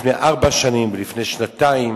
לפני ארבע שנים ולפני שנתיים.